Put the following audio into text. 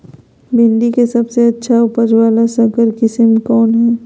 भिंडी के सबसे अच्छा उपज वाला संकर किस्म कौन है?